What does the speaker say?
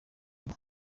enye